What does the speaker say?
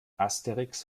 asterix